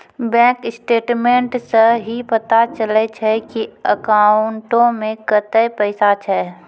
bank statements सं ही पता चलै छै की अकाउंटो मे कतै पैसा छै